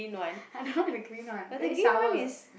I don't like the green one very sour